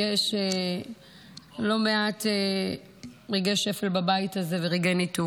יש לא מעט רגעי שפל בבית הזה ורגעי ניתוק.